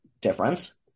difference